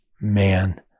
man